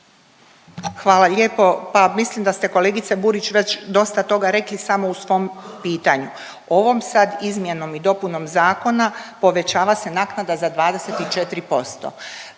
Hvala lijepo. Pa mislim da ste kolegice Burić već dosta toga rekli samo u svom pitanju. Ovom sad izmjenom i dopunom zakona povećava se naknada za 24%.